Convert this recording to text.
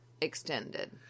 extended